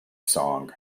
song